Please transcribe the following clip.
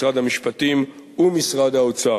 משרד המשפטים ומשרד האוצר.